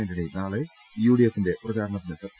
ആന്റണി നാളെ യുഡിഎഫിന്റെ പ്രചരണത്തി നെത്തും